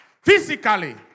Physically